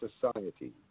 society